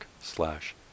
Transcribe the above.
slash